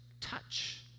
touch